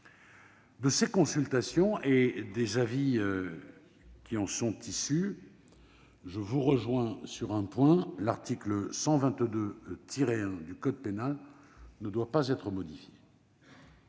de ces consultations, et des avis concordants qui en sont issus, je vous rejoins sur le fait que l'article 122-1 du code pénal ne doit pas être modifié.